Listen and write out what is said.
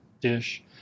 dish